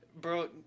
Bro